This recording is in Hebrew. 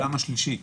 העולם השלישי.